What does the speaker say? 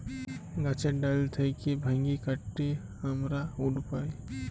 গাহাচের ডাল থ্যাইকে ভাইঙে কাটে আমরা উড পায়